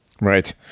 Right